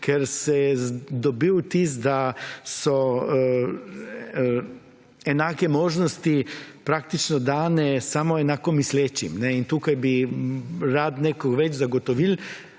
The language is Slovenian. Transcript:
ker se dobi vtis da so enake možnosti praktično dane samo enako mislečim. In tukaj bi rad nekaj več zagotovil,